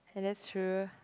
and that's true